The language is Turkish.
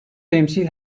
temsil